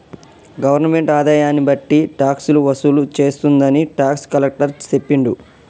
governmental ఆదాయన్ని బట్టి టాక్సులు వసూలు చేస్తుందని టాక్స్ కలెక్టర్ సెప్పిండు